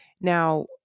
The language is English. Now